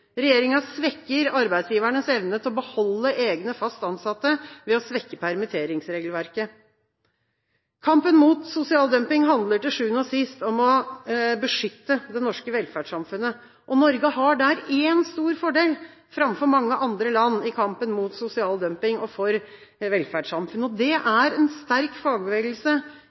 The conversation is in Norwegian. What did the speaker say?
Regjeringa svekker arbeidsgivernes evne til å beholde egne fast ansatte, ved å svekke permitteringsregelverket. Kampen mot sosial dumping handler til sjuende og sist om å beskytte det norske velferdssamfunnet. Norge har der én stor fordel framfor mange andre land, i kampen mot sosial dumping og for velferdssamfunnet, og det er en sterk fagbevegelse